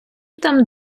там